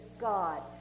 God